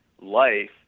life